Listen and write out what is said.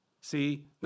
See